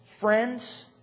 friends